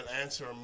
answer